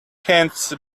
hands